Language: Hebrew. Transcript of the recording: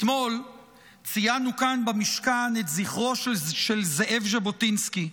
אתמול ציינו כאן במשכן את זכרו של זאב ז'בוטינסקי,